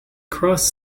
cross